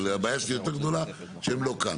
אבל הבעיה שלי יותר גדולה שהם לא כן.